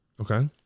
Okay